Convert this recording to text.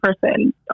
person